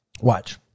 Watch